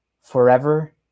forever